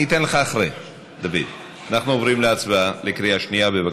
התשע"ז 2017, בקריאה שנייה.